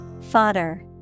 Fodder